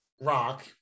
Rock